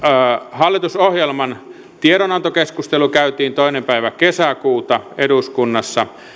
hallitusohjelman tiedonantokeskustelu käytiin toinen päivä kesäkuuta eduskunnassa